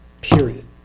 period